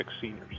seniors